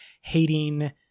hating